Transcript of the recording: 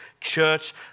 church